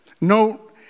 No